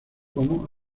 como